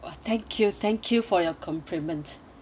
!wah! thank you thank you for your compliments